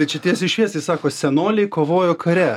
tai čia tiesiai šviesiai sako senoliai kovojo kare